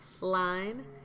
line